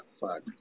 fuck